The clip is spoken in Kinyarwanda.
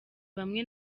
bamwe